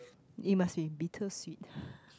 it must be bittersweet